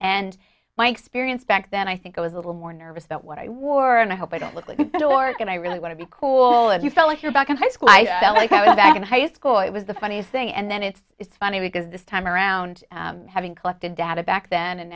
and my experience back then i think i was a little more nervous about what i wore and i hope i don't look like that or going i really want to be cool and you felt like you're back in high school i felt like i was back in high school it was the funniest thing and then it's it's funny because this time around having collected data back then and